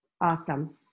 Awesome